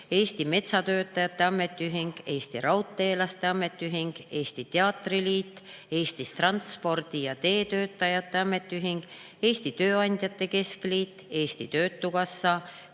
Eesti Metsatöötajate Ametiühing, Eesti Raudteelaste Ametiühing, Eesti Teatriliit, Eesti Transpordi- ja Teetöötajate Ametiühing, Eesti Tööandjate Keskliit, Eesti Töötukassa,